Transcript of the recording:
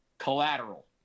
Collateral